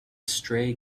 stray